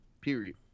period